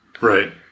Right